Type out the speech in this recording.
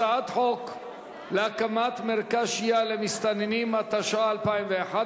הצעת חוק להקמת מרכז שהייה למסתננים, התשע"א 2011,